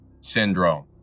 Syndrome